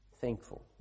thankful